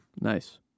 Nice